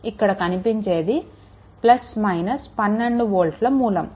ఇక్కడ కనిపించేది ఇది 12 వోల్ట్ల మూలం